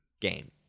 game